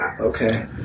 Okay